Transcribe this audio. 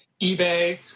eBay